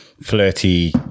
flirty